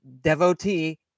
devotee